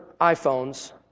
iPhones